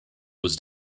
was